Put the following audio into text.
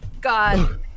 God